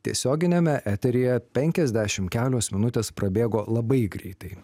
tiesioginiame eteryje penkiasdešimt kelios minutės prabėgo labai greitai